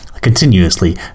continuously